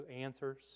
answers